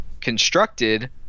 constructed